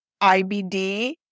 IBD